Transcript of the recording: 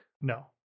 No